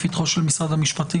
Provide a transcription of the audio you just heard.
לפתחו של משרד המשפטים.